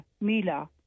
Mila